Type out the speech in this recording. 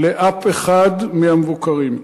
לאף אחד מהמבוקרים.